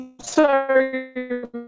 sorry